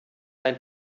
ein